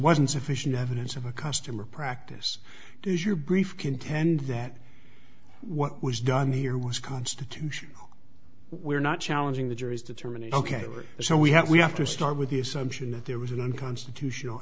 wasn't sufficient evidence of a customer practice is your brief contend that what was done here was constitutional we're not challenging the jury's determinate ok so we have we have to start with the assumption that there was an unconstitutional